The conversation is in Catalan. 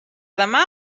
demà